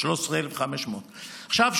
13,500. עכשיו,